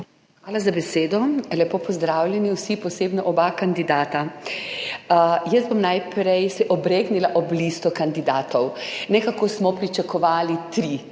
Hvala za besedo. Lepo pozdravljeni vsi, posebno oba kandidata! Jaz bom najprej se obregnila ob listo kandidatov. Nekako smo pričakovali tri kandidate